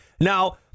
Now